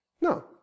No